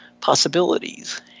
possibilities